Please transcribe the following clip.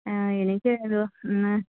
എനിക്ക് ഒരു എന്ന്